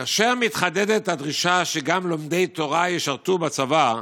כאשר מתחדדת הדרישה שגם לומדי תורה ישרתו בצבא,